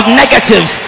negatives